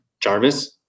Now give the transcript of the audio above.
Jarvis